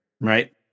right